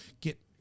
get